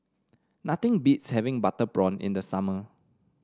nothing beats having Butter Prawn in the summer